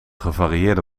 gevarieerde